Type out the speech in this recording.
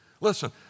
Listen